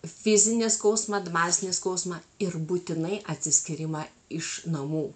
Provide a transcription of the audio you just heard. fizinį skausmą dvasinį skausmą ir būtinai atsiskyrimą iš namų